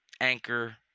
Anchor